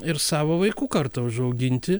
ir savo vaikų kartą užauginti